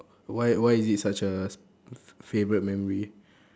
why why is it such a fa~ favourite memory